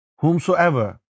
Whomsoever